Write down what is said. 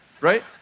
right